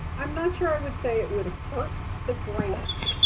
i'm not sure i would say it would hurt the grant.